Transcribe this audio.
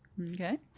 Okay